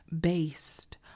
based